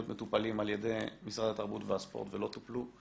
מטופלים על ידי משרד התרבות והספורט ולא טופלו,